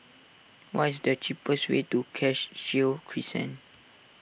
what is the cheapest way to Cashew Crescent